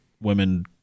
women